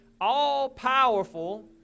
all-powerful